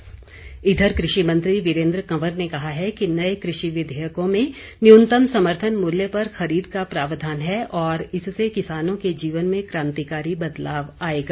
वीरेन्द्र कंवर इधर कृषि मंत्री वीरेन्द्र कंवर ने कहा है कि नए कृषि विधेयकों में न्यूनतम समर्थन मूल्य पर खरीद का प्रावधान है और इससे किसानों के जीवन में क्रांतिकारी बदलाव आएगा